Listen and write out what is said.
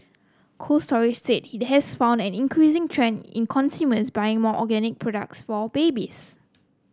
Cold Storage said it has found an increasing trend in consumers buying more organic products for babies